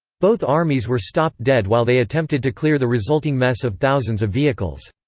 both armies were stopped dead while they attempted to clear the resulting mess of thousands of vehicles.